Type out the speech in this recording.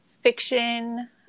fiction